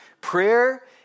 Prayer